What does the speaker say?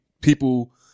people